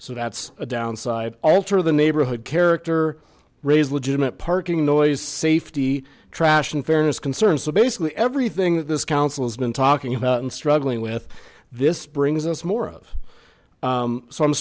so that's a downside alter the neighborhood character raise legitimate parking noise safety trash and fairness concerns so basically everything that this council has been talking about and struggling with this brings us more of so i'm